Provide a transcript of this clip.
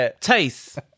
Taste